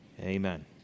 amen